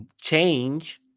change